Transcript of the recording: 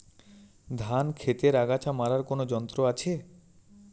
ধান ক্ষেতের আগাছা মারার কোন যন্ত্র আছে?